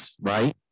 right